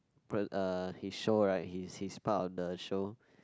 pr~ uh his show right he is he is part of the show